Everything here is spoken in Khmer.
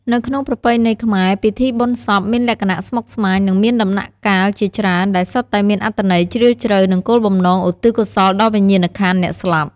នៅក្នុងប្រពៃណីខ្មែរ ពិធីបុណ្យសពមានលក្ខណៈស្មុគស្មាញ និងមានដំណាក់កាលជាច្រើន ដែលសុទ្ធតែមានអត្ថន័យជ្រាលជ្រៅ និងគោលបំណងឧទ្ទិសកុសលដល់វិញ្ញាណក្ខន្ធអ្នកស្លាប់។